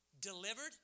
delivered